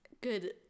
Good